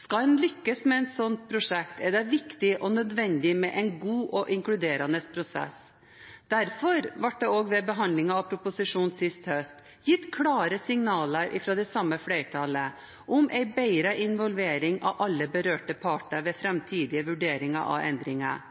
Skal en lykkes med et slikt prosjekt, er det viktig og nødvendig med en god og inkluderende prosess. Derfor ble det ved behandlingen av proposisjonen sist høst gitt klare signaler fra det samme flertallet om en bedre involvering av alle berørte parter ved framtidige vurderinger av endringer.